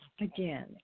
again